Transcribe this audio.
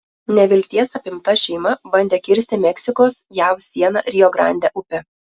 nevilties apimta šeima bandė kirsti meksikos jav sieną rio grande upe